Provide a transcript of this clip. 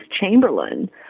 Chamberlain